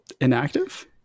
Inactive